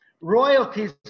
Royalties